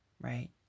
right